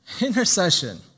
Intercession